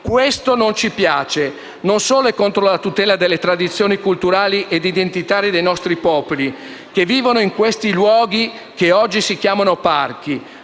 Questo non ci piace. Non solo è contro la tutela delle tradizioni culturali e identitarie dei nostri popoli che vivono in questi luoghi che oggi si chiamano parchi,